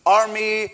army